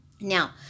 now